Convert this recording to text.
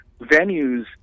venues